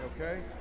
okay